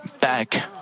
back